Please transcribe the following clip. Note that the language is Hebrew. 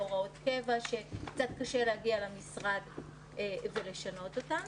בהוראות קבע שקצת קשה להגיע למשרד ולשנות אותן.